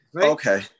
Okay